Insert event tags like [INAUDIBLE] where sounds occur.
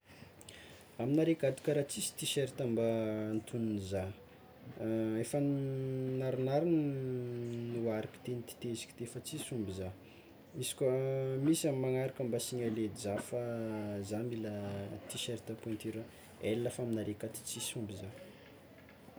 Aminareo akato kara tsisy tiserta antonony zah [HESITATION] efa naronaro [HESITATION] ny nohariko teo niteteziko fa tsisy omby zah, izy koa misy amy magnaraka mba signaleo edy zah mila tiserta pointure L fa aminareo akato tsisy omby zah.